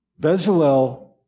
Bezalel